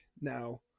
now